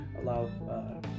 Allow